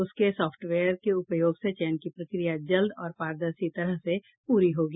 उसके सफ्टवेयर के उपयोग से चयन की प्रक्रिया जल्द और पारदर्शी तरह से पूरी होगी